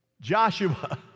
Joshua